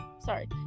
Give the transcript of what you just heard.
Sorry